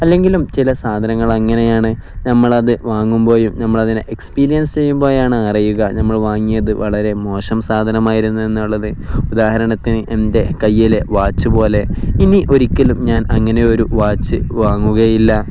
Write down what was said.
അല്ലെങ്കിലും ചില സാധനങ്ങൾ അങ്ങനെയാണ് നമ്മളത് വാങ്ങുമ്പോഴും നമ്മളതിനെ എക്സ്പീരിയൻസ് ചെയ്യുമ്പോഴാണ് അറിയുക നമ്മൾ വാങ്ങിയത് വളരെ മോശം സാധനമായിരുന്നുവെന്നുള്ളത് ഉദാഹരണത്തിന് എൻ്റെ കയ്യിലെ വാച്ച് പോലെ ഇനിയൊരിക്കലും ഞാൻ അങ്ങനെയൊരു വാച്ച് വാങ്ങുകയില്ല